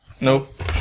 Nope